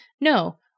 No